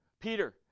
Peter